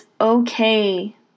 okay